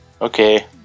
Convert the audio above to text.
Okay